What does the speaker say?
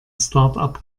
startup